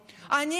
תתנצלי.